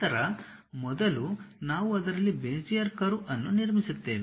ನಂತರ ಮೊದಲು ನಾವು ಅದರಲ್ಲಿ ಬೆಜಿಯರ್ ಕರ್ವ್ ಅನ್ನು ನಿರ್ಮಿಸುತ್ತೇವೆ